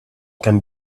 can